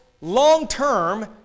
long-term